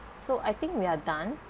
so I think we are done